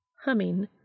Humming